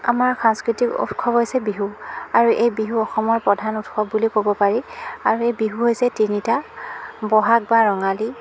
আমাৰ সাংস্কৃতিক উৎসৱ হৈছে বিহু আৰু এই বিহু অসমৰ প্ৰধান উৎসৱ বুলি ক'ব পাৰি আৰু এই বিহু হৈছে তিনিটা বহাগ বা ৰঙালী